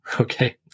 Okay